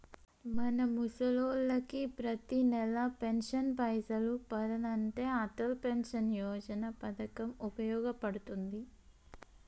మన ముసలోళ్ళకి పతినెల పెన్షన్ పైసలు పదనంటే అటల్ పెన్షన్ యోజన పథకం ఉపయోగ పడుతుంది